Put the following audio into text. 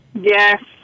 Yes